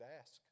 ask